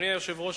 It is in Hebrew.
אדוני היושב-ראש,